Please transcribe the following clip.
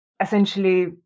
essentially